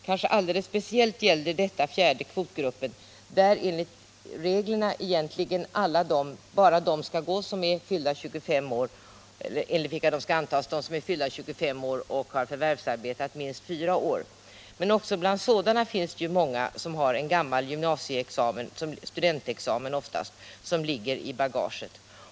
Kanske alldeles speciellt gäller detta den fjärde kvotgruppen, där enligt reglerna egentligen bara de skall antas som är fyllda 25 år och har förvärvsarbetat i minst fyra år. Men också bland dem finns många som har en gammal gymnasieexamen — studentexamen oftast — liggande i bagaget.